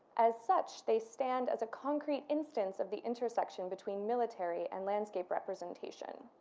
as such, they stand as a concrete instance of the intersection between military and landscape representation.